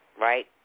Right